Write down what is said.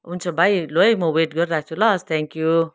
हुन्छ भाइ लु है म वेट गरिरहेछु ल थ्याङ्क यू